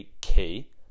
key